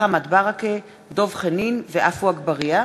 מוחמד ברכה, דב חנין ועפו אגבאריה,